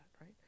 right